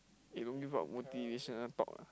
eh don't give up motivation ah talk lah